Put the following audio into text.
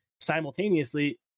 simultaneously